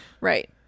right